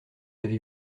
avez